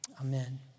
amen